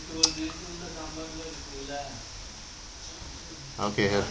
okay okay